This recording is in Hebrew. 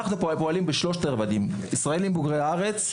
אנחנו פועלים בשלושה רבדים: ישראלים בוגרי הארץ,